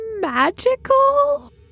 magical